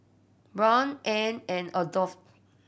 Brion Anne and Adolph